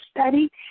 study